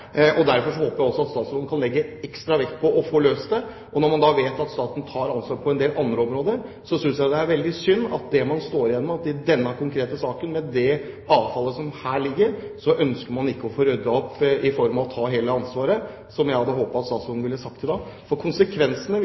Derfor håper jeg også at statsråden kan legge ekstra vekt på å få løst dette. Når man vet at staten tar ansvar på en del andre områder, synes jeg det er veldig synd at det man står igjen med, er at man i denne konkrete saken, med det avfallet som her ligger, ikke ønsker å få ryddet opp i form av å ta hele ansvaret, som jeg hadde håpet statsråden ville sagt i dag. Konsekvensene,